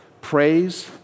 Praise